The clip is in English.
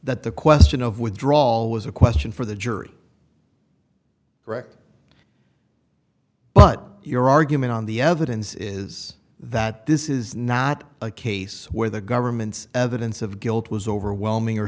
that the question of withdraw was a question for the jury correct but your argument on the evidence is that this is not a case where the government's evidence of guilt was overwhelming